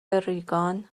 ریگان